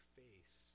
face